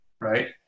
Right